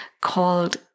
called